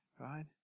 right